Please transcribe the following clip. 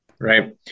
Right